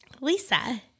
Lisa